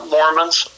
Mormons